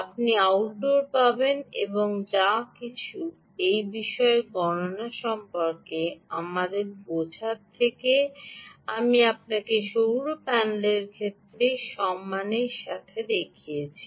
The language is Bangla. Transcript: আপনি আউটডোর পাবেন এবং যা কিছু এই বিশেষ গণনা সম্পর্কে আমাদের বোঝার যা আমি আপনাকে সৌর প্যানেলের ক্ষেত্রের সাথে সম্মানের সাথে দেখিয়েছি